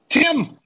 Tim